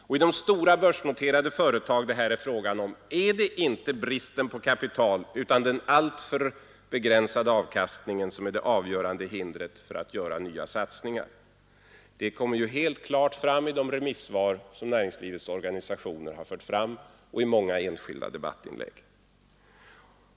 Och i de stora börsnoterade företag det här är fråga om är det inte bristen på kapital utan den alltför begränsade avkastningen som är det avgörande hindret för att göra nya satsningar. Det kommer helt klart fram i de remissvar som näringslivets organisationer har avgett och i många enskilda debattinlägg.